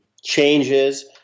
changes